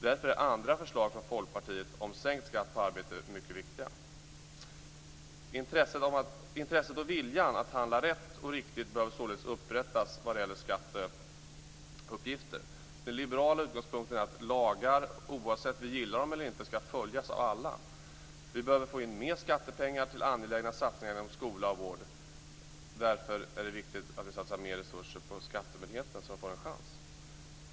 Därför är andra förslag från Folkpartiet om sänkt skatt på arbete mycket viktiga. Intresset och viljan att handla rätt och riktigt behöver således återupprättas vad gäller skatteuppgifter. Den liberala utgångspunkten är att lagar, oavsett om vi gillar dem eller ej, skall följas av alla. Vi behöver få in mer skattepengar till angelägna satsningar inom skola och vård. Därför är det viktigt att vi satsar mer resurser på skattemyndigheterna så att de får en chans.